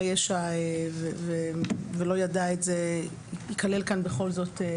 ישע ולא ידע את זה בכל זאת ייכלל כאן בעבירות.